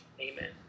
Amen